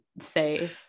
say